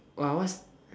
!wah! what's